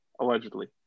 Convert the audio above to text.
allegedly